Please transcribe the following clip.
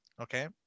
okay